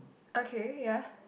okay ya